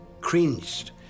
cringed